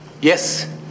yes